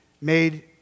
made